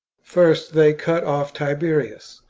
first they cut off tiberius,